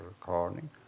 recording